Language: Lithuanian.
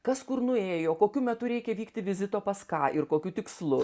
kas kur nuėjo kokiu metu reikia vykti vizito pas ką ir kokiu tikslu